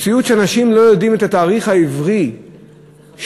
מציאות שאנשים לא יודעים את התאריך העברי שלהם,